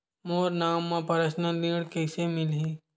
मोर नाम म परसनल ऋण कइसे मिलही?